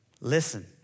Listen